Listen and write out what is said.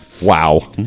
Wow